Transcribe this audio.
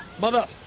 Mother